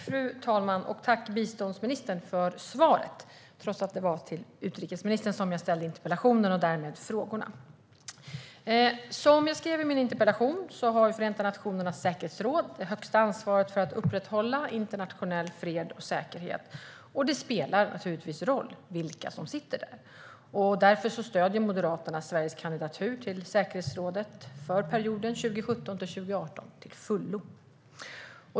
Fru talman! Jag tackar biståndsministern för svaret, trots att det var till utrikesministern jag ställde interpellationen och därmed frågorna. Som jag skrev i min interpellation har Förenta Nationernas säkerhetsråd det högsta ansvaret för att upprätthålla internationell fred och säkerhet, och det spelar naturligtvis roll vilka som sitter där. Därför stöder Moderaterna Sveriges kandidatur till säkerhetsrådet för perioden 2017-2018 till fullo.